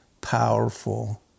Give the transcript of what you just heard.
powerful